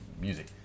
music